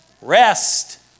Rest